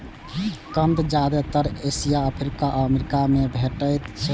कंद जादेतर Asia, Africa आ अमेरिका मे भेटैत छैक